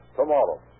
tomorrow